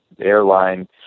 airline